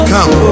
come